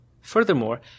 Furthermore